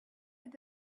and